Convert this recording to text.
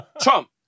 Trump